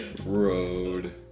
Road